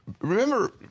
Remember